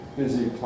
busy